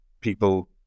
people